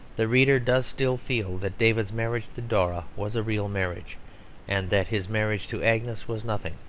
the reader does still feel that david's marriage to dora was a real marriage and that his marriage to agnes was nothing,